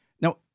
Now